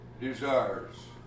desires